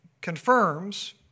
confirms